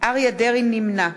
נמנע